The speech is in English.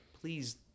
please